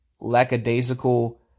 lackadaisical